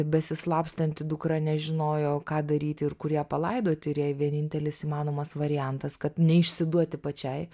besislapstanti dukra nežinojo ką daryt ir kur ją palaidoti ir jai vienintelis įmanomas variantas kad neišsiduoti pačiai